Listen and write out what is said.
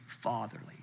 fatherly